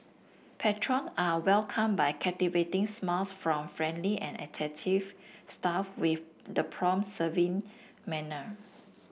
patron are welcomed by captivating smiles from friendly and attentive staff with the prompt serving manner